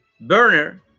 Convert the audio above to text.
Burner